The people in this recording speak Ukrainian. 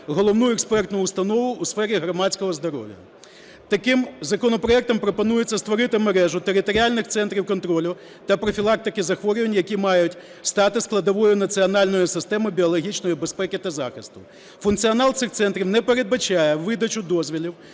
головну експертну установу у сфері громадського здоров'я. Таким законопроектом пропонується створити мережу територіальних центрів контролю та профілактики захворювань, які мають стати складовою національної системи біологічної безпеки та захисту. Функціонал цих центрів не передбачає видачу дозволів,